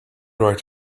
right